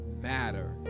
matter